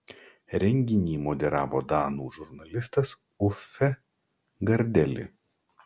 renginį moderavo danų žurnalistas uffe gardeli